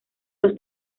los